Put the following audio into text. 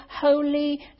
Holy